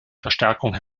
verstärkung